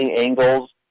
angles